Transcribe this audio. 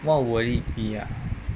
what will it be ah